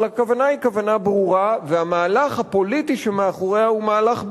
אבל הכוונה היא כוונה ברורה והמהלך הפוליטי שמאחוריה הוא מהלך ברור.